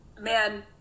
man